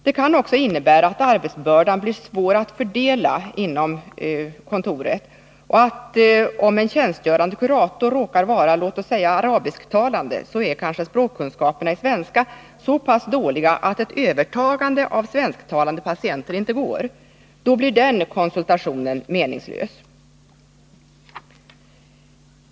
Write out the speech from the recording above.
Det kan också innebära att arbetsbördan blir svårare att fördela inom kontoret. Om en tjänstgörande kurator råkar vara låt oss säga arabisktalande, är kanske kunskaperna i svenska i stället så pass dåliga att ett övertagande av svensktalande patienter inte går, för då blir den konsultationen meningslös.